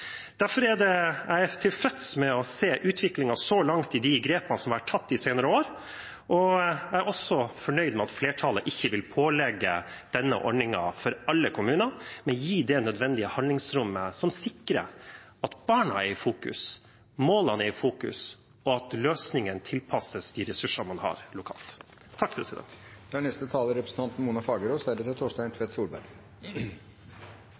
Derfor er jeg tilfreds med å se utviklingen så langt i de grepene som har vært tatt de senere årene. Jeg er også fornøyd med at flertallet ikke vil pålegge alle kommunene denne ordningen, men gi det nødvendige handlingsrommet som sikrer at barna er i fokus, at målene er i fokus, og at løsningene tilpasses de ressursene man har lokalt.